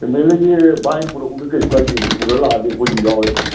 ꯐꯦꯃꯦꯂꯤꯒꯤ ꯚꯥꯏ ꯄꯨꯔꯛꯎꯅꯦ ꯀꯩꯁꯨ ꯀꯥꯏꯗꯦꯅꯦ ꯄꯨꯔꯒ ꯂꯥꯛꯑꯗꯤ ꯑꯩꯈꯣꯏꯁꯨ ꯌꯥꯎꯔꯦ ꯀꯩꯅꯣ